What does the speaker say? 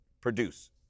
produce